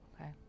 okay